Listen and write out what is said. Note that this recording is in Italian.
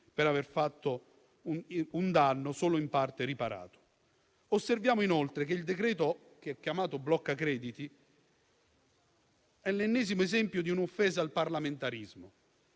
per aver fatto un danno a cui solo in parte si è riparato? Osserviamo, inoltre, che il cosiddetto decreto blocca crediti è l'ennesimo esempio di un'offesa al parlamentarismo